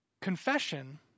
Confession